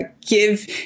give